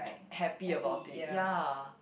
happy about it ya